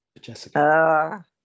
Jessica